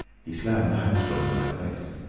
he slammed the house door in my face.